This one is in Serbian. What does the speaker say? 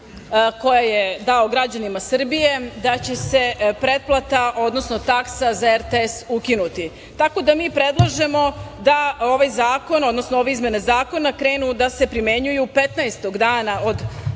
koja je dao građanima Srbije, da će se pretplata odnosno taksa za RTS ukinuti. Tako da mi predlažemo da ovaj zakon, odnosno ove izmene zakona, krenu da se primenjuju 15 dana od